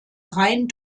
rein